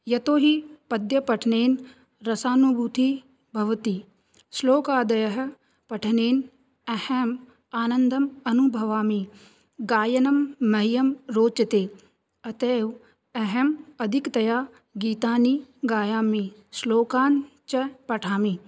यतोऽहि पद्यपठनेन रसानुभूतिः भवति श्लोकादयः पठनेन अहम् आनन्दम् अनुभवामि गायनं मह्यं रोचते अत एव अहम् अधिकतया गीतानि गायामि श्लोकान् च पठामि